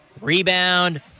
Rebound